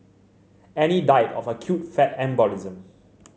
Annie died of acute fat embolism